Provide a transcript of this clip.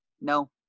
no